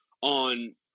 on